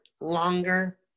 longer